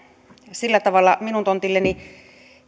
sillä tavalla minun tontilleni